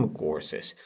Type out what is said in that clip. courses